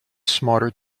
smarter